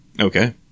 Okay